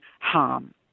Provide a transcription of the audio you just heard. harm